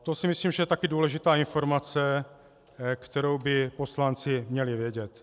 To si myslím, že je taky důležitá informace, kterou by poslanci měli vědět.